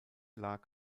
lag